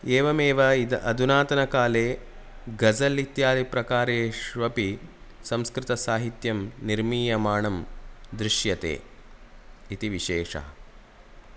एवमेव इद् अधुनातनकाले गज़ल् इत्यादि प्रकारेष्वपि संस्कृतसाहित्यं निर्मीयमाणं दृश्यते इति विशेषः